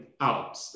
out